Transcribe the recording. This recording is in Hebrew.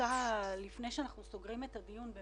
לפני שאנחנו סוגרים את הדיון,